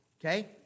okay